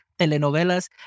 telenovelas